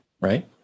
Right